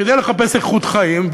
כדי לחפש איכות חיים.